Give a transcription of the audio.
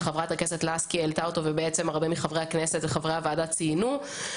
שחברת הכנסת לסקי העלתה והרבה חברי כנסת אחרים גם ציינו אותו.